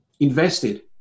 invested